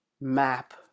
map